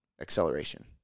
acceleration